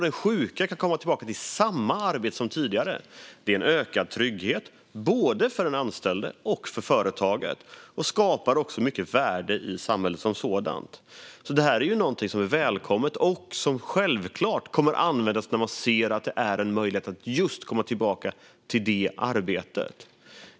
Det innebär en ökad trygghet, både för den anställde och för företaget, och skapar i sig mycket värde i samhället. Detta är alltså något som är välkommet och självklart kommer att användas när man ser att det ger möjlighet att just komma tillbaka till samma arbete.